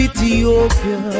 Ethiopia